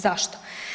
Zašto?